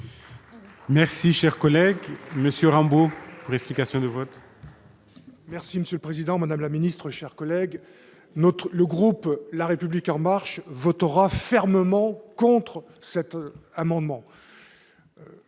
Merci, cher collègue Monsieur Rambeau investigation vote. Merci Monsieur le Président, Madame la Ministre, chers collègues, notre le groupe la République en marche vote aura fermement contre cet amendement,